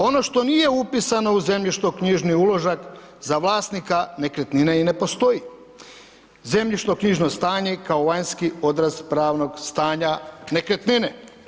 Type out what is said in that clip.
Ono što nije upisano u zemljišnoknjižni uložak za vlasnika nekretnine i ne postoji zemljišnoknjižno stanje kao vanjski odraz pravnog stanja nekretnine.